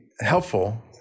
helpful